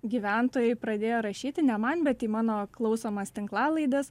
gyventojai pradėjo rašyti ne man bet į mano klausomas tinklalaides